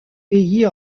pays